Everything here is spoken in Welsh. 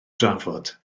drafod